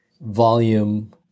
volume